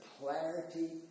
clarity